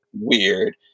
weird